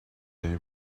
they